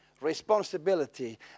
responsibility